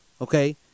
okay